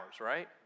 right